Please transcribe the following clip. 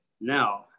now